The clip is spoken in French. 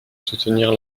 soutenir